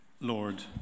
Lord